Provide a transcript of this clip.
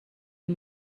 های